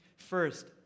First